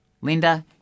Linda